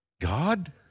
God